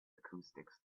acoustics